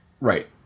Right